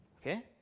Okay